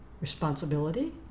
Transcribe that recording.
Responsibility